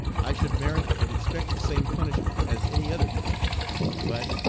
i should merit and expect the same punishment as any other cadet but,